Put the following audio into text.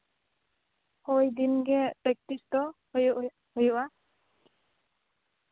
ᱦᱮᱸ ᱫᱤᱱᱜᱮ ᱯᱨᱮᱠᱴᱤᱥ ᱫᱚ ᱦᱩᱭᱩᱜᱼᱟ